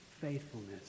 faithfulness